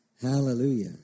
Hallelujah